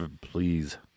please